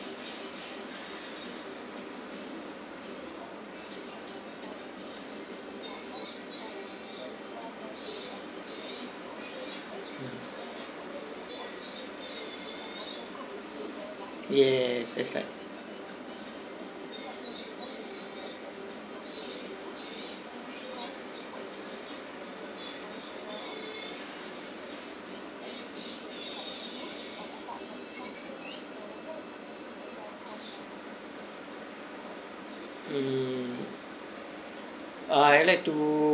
yes that's right mm I would like